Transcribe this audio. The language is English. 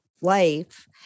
life